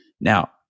now